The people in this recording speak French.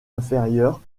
inférieure